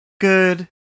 good